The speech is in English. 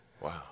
Wow